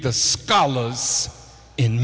the scholars in